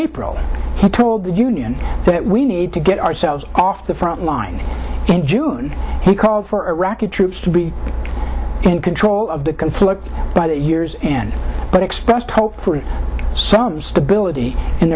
april he told the union that we need to get ourselves off the frontline in june he called for iraqi troops to be in control of the conflict by that years and but expressed hope for some stability